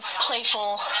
playful